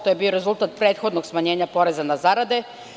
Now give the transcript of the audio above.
To je bio rezultat prethodnog smanjenja poreza na zarade.